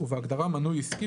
ובהגדרה "מנוי עסקי",